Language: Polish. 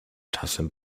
czasem